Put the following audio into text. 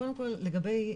קודם כל לגבי חובה,